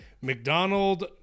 McDonald